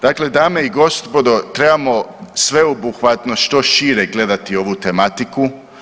Dakle dame i gospodo trebamo sveobuhvatno što šire gledati ovu tematiku.